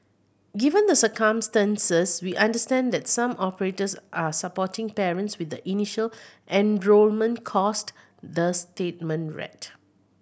given the circumstances we understand that some operators are supporting parents with the initial enrolment cost the statement read